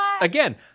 Again